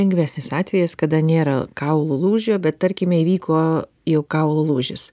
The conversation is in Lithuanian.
lengvesnis atvejis kada nėra kaulų lūžio bet tarkime įvyko jau kaulų lūžis